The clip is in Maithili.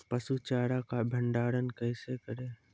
पसु चारा का भंडारण कैसे करें?